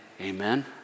Amen